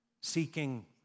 seeking